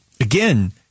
again